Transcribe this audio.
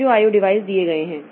फिर जो IO device दिए गए हैं